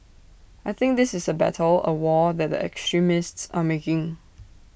I think this is A battle A war that the extremists are making